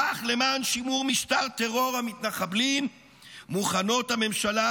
כך למען שימור משטר טרור המתנחבלים מוכנות הממשלה